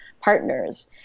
partners